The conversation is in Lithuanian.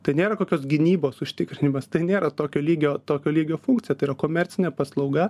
tai nėra kokios gynybos užtikrinimas tai nėra tokio lygio tokio lygio funkcija tai yra komercinė paslauga